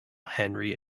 henry